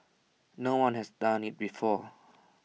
no one has done IT before